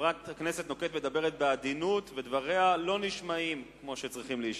חברת הכנסת נוקד מדברת בעדינות ודבריה לא נשמעים כמו שהם צריכים להישמע.